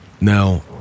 now